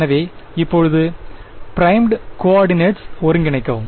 எனவே இப்போது primed coordinates ஒருங்கிணைக்கவும்